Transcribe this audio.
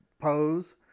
pose